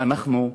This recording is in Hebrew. ואנחנו,